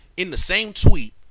in the same tweet,